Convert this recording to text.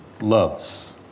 loves